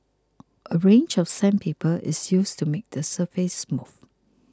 a range of sandpaper is used to make the surface smooth